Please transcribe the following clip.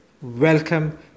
Welcome